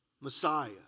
Messiah